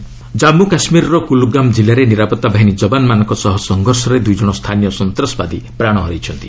JK encounter Jammu କାଶ୍ମୀରର କୁଲ୍ଗାମ୍ କିଲ୍ଲାରେ ନିରାପତ୍ତା ବାହିନୀ ଯବାନମାନଙ୍କ ସହ ସଂଘର୍ଷରେ ଦୁଇ ଜଣ ସ୍ଥାନୀୟ ସନ୍ତାସବାଦୀ ପ୍ରାଣ ହରାଇଛନ୍ତି